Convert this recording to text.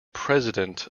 president